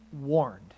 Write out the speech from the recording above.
warned